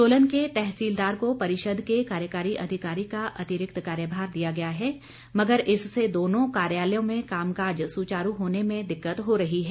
सोलन के तहसीलदार को परिषद के कार्यकारी अधिकारी का अतिरिक्त कार्यभार दिया गया मगर इससे दोनों कार्यालयों में कामकाज सुचारू होने में दिक्कत हो रही है